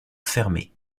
fermée